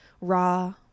raw